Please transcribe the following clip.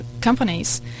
companies